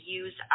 use